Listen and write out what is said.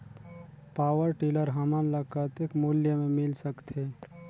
Power tiller हमन ल कतेक मूल्य मे मिल सकथे?